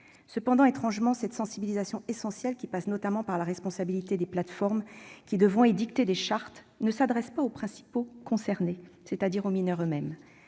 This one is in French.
Cependant, étrangement, cette sensibilisation, essentielle, qui passe notamment par la responsabilisation des plateformes, lesquelles devront édicter des chartes, ne s'adresse pas aux principaux acteurs concernés, c'est-à-dire aux mineurs eux-mêmes.